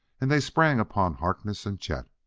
and they sprang upon harkness and chet.